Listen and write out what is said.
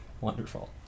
Wonderful